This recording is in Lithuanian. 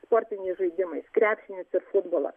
sportiniais žaidimais krepšinis ir futbolas